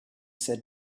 said